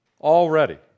Already